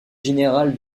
général